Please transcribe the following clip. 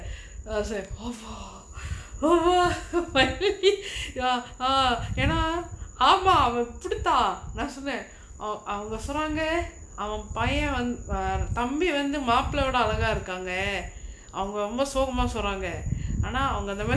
as if ah bah ah bah ya ah ஏனா ஆமா அவ இப்புடித்தான் நா சொன்ன:yaenaa aamaa ava ippudithaan naa sonna ah அவங்க சொல்றாங்க அவ பைய வந்து:avanga solraanga ava paiya vanthu err தம்பி வந்து மாப்ள விட அழகா இருக்காங்க அவங்க ரொம்ப சோகமா சொல்றாங்க ஆனா அவங்க அந்த மாரி:thambi vanthu maapla vida alaga irukaanga avanga romba sokamaa solraanga aana avanga antha maari